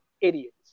idiots